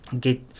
get